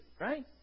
right